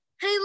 Hey